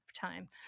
time